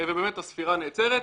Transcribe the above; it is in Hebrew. ובאמת הספירה נעצרת.